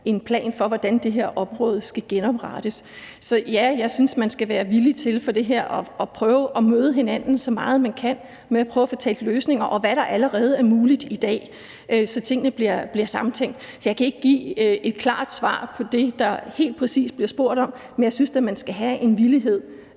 en plan for, hvordan det her område skal genoprettes. Så ja, jeg synes, man skal være villig til i det her at prøve at møde hinanden, så meget man kan, og prøve at få talt løsninger, og se på, hvad der allerede er muligt i dag, så tingene bliver samtænkt. Så jeg kan ikke give et klart svar på det, der helt præcis bliver spurgt om, men jeg synes da, man skal have en villighed